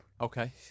Okay